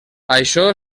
això